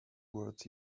words